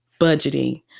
budgeting